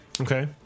Okay